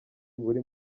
buri